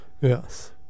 yes